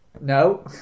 No